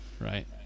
right